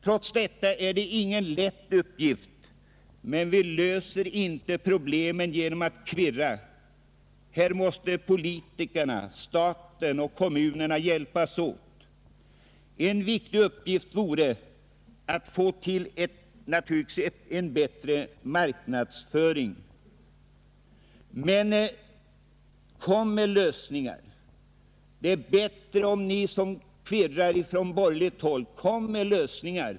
Trots detta är det ingen lätt uppgift, men vi löser inte problemen genom att ”kvirra”. Här måste politikerna, staten och kommunerna hjälpas åt. En viktig uppgift vore att få till stånd en bättre marknadsföring. Men kom med lösningar! Det är bättre om ni som kvirrar från borgerligt håll kommer med lösningar.